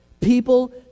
People